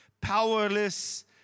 powerless